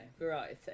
variety